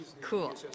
cool